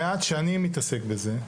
במעט שאני מתעסק בזה,